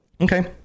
Okay